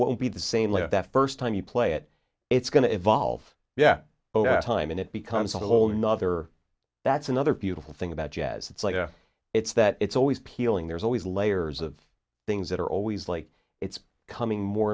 won't be the same like that first time you play it it's going to evolve yeah time and it becomes a whole nother that's another beautiful thing about jazz it's like it's that it's always peeling there's always layers of things that are always like it's coming more